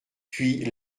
puis